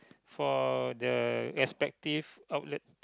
for the respective outlet